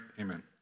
Amen